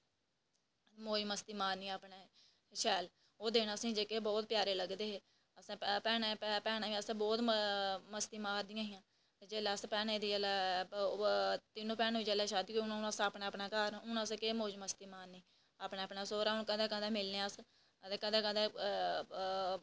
मौज़ मस्ती मारनी अपने शैल ओह् दिन असेंगी बहुत प्यारे लगदे हे भैनां असें बहोत मस्ती मारदियां हियां ते जेल्लै अस भैनें दी जेल्लै ते तीनों दी शादी होई दी ते अपने अपने घर हून असें केह् मौज़ मस्ती मारनी अपने अपने सौह्रे ते हून कदें कदें मिलने आं अस ते कदें कदें